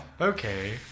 Okay